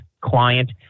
client